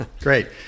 great